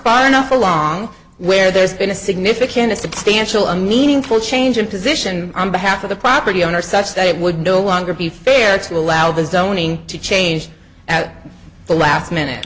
far enough along where there's been a significant a substantial a meaningful change in position on behalf of the property owner such that it would no longer be fair to allow the zoning to change at the last minute